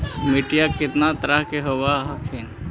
मिट्टीया कितना तरह के होब हखिन?